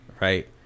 right